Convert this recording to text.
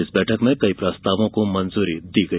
इस बैठक में कई प्रस्तावों को मंजूरी दी गई